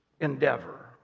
endeavor